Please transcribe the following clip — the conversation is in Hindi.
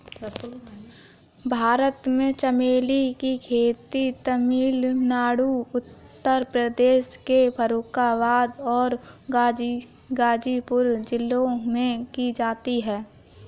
भारत में चमेली की खेती तमिलनाडु उत्तर प्रदेश के फर्रुखाबाद और गाजीपुर जिलों में की जाती है